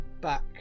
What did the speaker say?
back